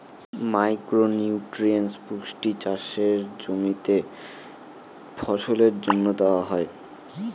micro nutrients পুষ্টি চাষের জমিতে ফসলের জন্য দেওয়া হয়